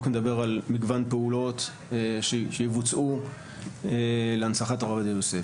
החוק מדבר על מגוון פעולות שיבוצעו להנצחת הרב עובדיה יוסף.